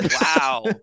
Wow